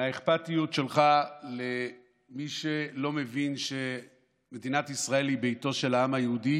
מהאכפתיות שלך למי שלא מבין שמדינת ישראל היא ביתו של העם היהודי